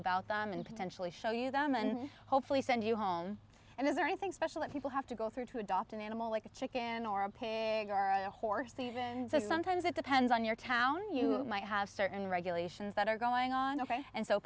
about them and potentially show you them and hopefully send you home and is there anything special that people have to go through to adopt an animal like a chicken or a pig or a horse even and so sometimes it depends on your town you might have certain regulations that are going on ok and so